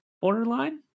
borderline